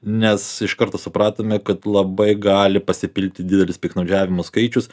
nes iš karto supratome kad labai gali pasipilti didelis piktnaudžiavimo skaičius